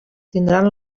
tindran